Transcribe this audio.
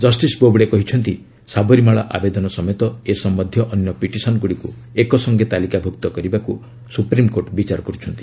justice Bobde କହିଛନ୍ତି ସାବରୀମାଳା ଆବଦେନ ସମେତ ଏ ସମ୍ଭନ୍ଧୀୟ ଅନ୍ୟ ପିଟିସନ୍ଗୁଡ଼ିକୁ ଏକ ସଙ୍ଗେ ତାଲିକାଭୁକ୍ତ କରିବାକୁ ସୁପ୍ରିମ୍କୋର୍ଟ ବିଚାର କରୁଛନ୍ତି